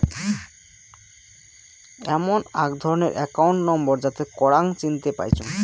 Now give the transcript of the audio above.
এমন আক ধরণের একাউন্ট নম্বর যাতে করাং চিনতে পাইচুঙ